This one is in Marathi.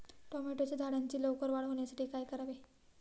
टोमॅटोच्या झाडांची लवकर वाढ होण्यासाठी काय करावे?